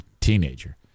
teenager